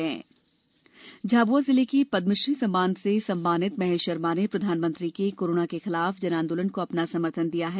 जन आंदोलन झाब्रआ जिले के पदमश्री सम्मान से सम्मानित महेश शर्मा ने प्रधानमंत्री के कोरोना के खिलाफ जन आंदोलन को अपना समर्थन दिया है